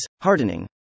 hardening